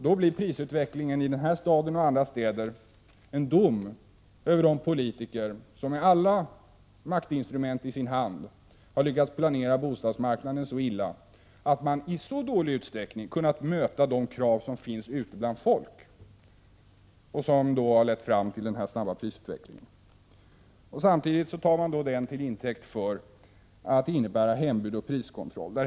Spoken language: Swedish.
Då blir prisutvecklingen i den här staden och andra städer en dom över de politiker som med alla maktinstrument i sin hand har lyckats planera bostadsmarknaden så illa att man i så ringa utsträckning kunnat möta de krav som finns ute bland folk. Detta har då lett fram till denna snabba prisutveckling. Samtidigt tar man den till intäkt för att införa hembud och priskontroll.